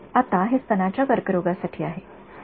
आता हे स्तनाच्या कर्करोगासाठी आहे